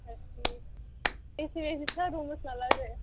اچھا ٹھیٖک A C وے سی چھا روٗمَس منٛز لگٲیِتھ